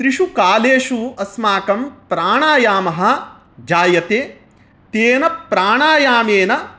त्रिषु कालेषु अस्माकं प्राणायामः जायते तेन प्राणायामेन